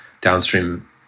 downstream